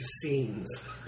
scenes